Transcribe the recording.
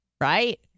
right